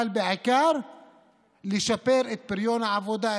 אבל בעיקר לשפר את פריון העבודה,